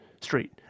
street